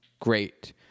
Great